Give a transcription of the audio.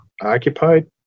occupied